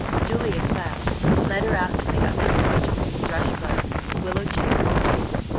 julia cloud led her out to the upper porch with its rush rugs, willow chairs, and table,